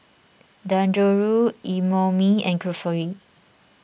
Dangojiru Imoni and Kulfi